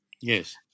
yes